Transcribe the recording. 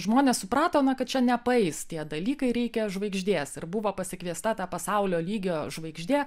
žmonės supratome kad čia nepraeis tie dalykai reikia žvaigždės ir buvo pasikviesta ta pasaulio lygio žvaigždė